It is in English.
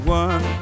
one